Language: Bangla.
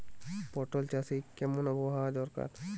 পটল চাষে কেমন আবহাওয়া দরকার?